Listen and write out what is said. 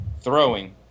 throwing